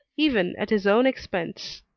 even at his own expense.